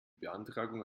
beantragung